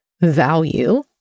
value